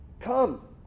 come